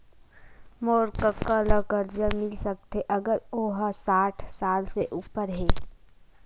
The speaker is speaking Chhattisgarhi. का मोर कका ला कर्जा मिल सकथे अगर ओ हा साठ साल से उपर हे?